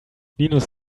linus